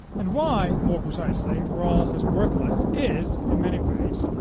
and why, more precisely, rawls is worthless is, in many ways,